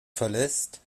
verlässt